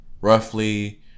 roughly